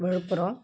Villupuram